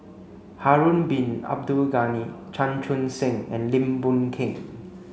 Harun Bin Abdul Ghani Chan Chun Sing and Lim Boon Keng